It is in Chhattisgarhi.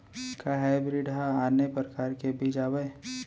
का हाइब्रिड हा आने परकार के बीज आवय?